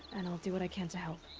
and i'll do what i can to help.